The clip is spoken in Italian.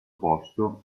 posto